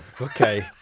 Okay